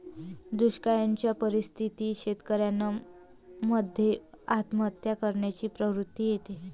दुष्काळयाच्या परिस्थितीत शेतकऱ्यान मध्ये आत्महत्या करण्याची प्रवृत्ति येते